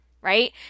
right